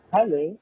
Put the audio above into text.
Hello